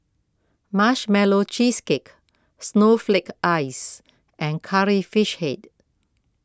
Marshmallow Cheesecake Snowflake Ice and Curry Fish Head